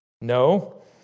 No